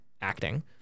acting